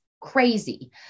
crazy